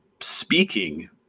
speaking